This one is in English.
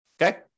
Okay